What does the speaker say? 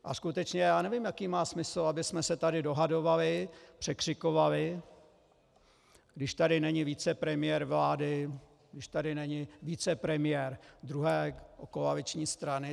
A skutečně já nevím, jaký má smysl, abychom se tady dohadovali, překřikovali, když tady není vicepremiér vlády, když tady není vicepremiér druhé koaliční strany.